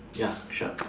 ya sure